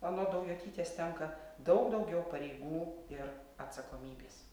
anot daujotytės tenka daug daugiau pareigų ir atsakomybės